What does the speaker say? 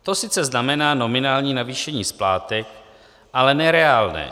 To sice znamená nominální navýšení splátek, ale ne reálné.